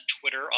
Twitter